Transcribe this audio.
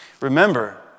Remember